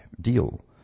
deal